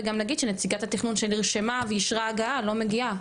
וגם נגיד שנציגת התכנון נרשמה ואישרה הגעה לא מגיעה.